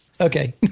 Okay